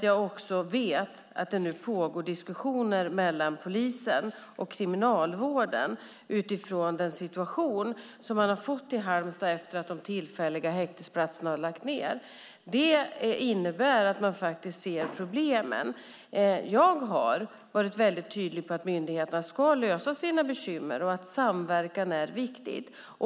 Jag vet att det pågår diskussioner mellan polisen och Kriminalvården utifrån den situation som har uppstått i Halmstad efter att de tillfälliga häktesplatserna har lagts ned. Det innebär att man ser problemen. Jag har varit tydlig med att myndigheterna ska lösa sina bekymmer och att samverkan är viktig.